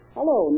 Hello